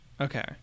Okay